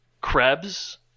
Krebs